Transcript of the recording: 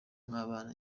n’abana